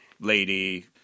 Lady